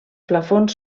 plafons